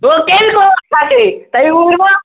ہَو کمِٔس ووٚنوٕ تۅہہِ تۅہہِ ووٚنوا